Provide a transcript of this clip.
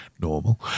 normal